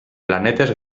planetes